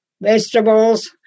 vegetables